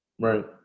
Right